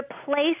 replace